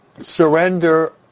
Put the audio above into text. surrender